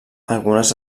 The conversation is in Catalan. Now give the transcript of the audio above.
algunes